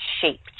shape